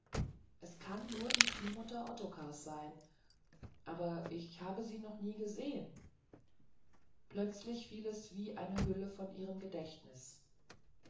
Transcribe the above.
es kann nur die ziehmutter ottokars sein aber ich habe sie noch nie gesehen urplötzlich fiel es wie eine hülle von ihrem gedächtnis